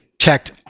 checked